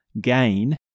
gain